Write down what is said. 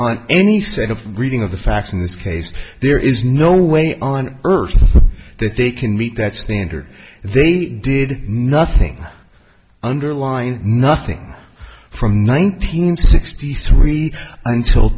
s any set of reading of the facts in this case there is no way on earth that they can meet that standard and they did nothing underline nothing from nineteen sixty three until